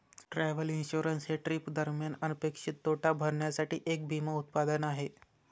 travel insurance हे trip दरम्यान अनपेक्षित तोटा भरण्यासाठी एक विमा उत्पादन आहे